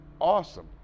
awesome